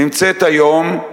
נמצאת היום,